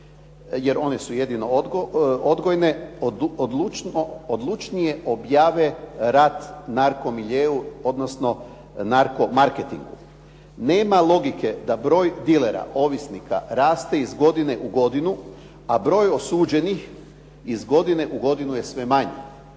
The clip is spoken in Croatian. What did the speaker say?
jer one su jedino odgoje odlučnije objave rat narko miljeu odnosno narko marketingu. Nema logike da broj dilera, ovisnika raste iz godine u godinu a broj osuđenih iz godine u godinu je sve manji.